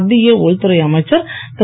மத்திய உள்துறை அமைச்சர் திரு